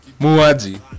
Muaji